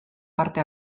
parte